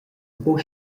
buca